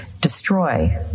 destroy